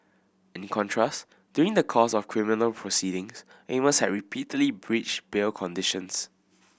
in contrast during the course of criminal proceedings Amos had repeatedly breached bail conditions